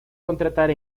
contratar